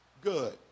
Good